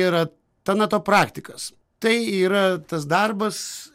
yra tanatopraktikas tai yra tas darbas